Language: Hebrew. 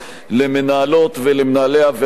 למנהלות ולמנהלי הוועדות,